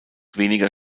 weniger